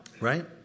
right